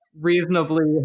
reasonably